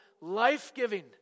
life-giving